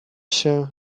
się